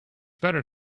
better